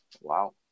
Wow